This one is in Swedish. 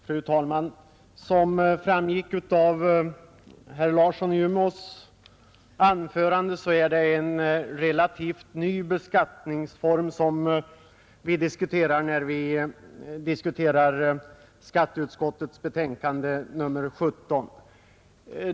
Fru talman! Som framgick av herr Larssons i Umeå anförande gäller det en relativt ny beskattningsform som vi diskuterar under skatteutskottets betänkande nr 17.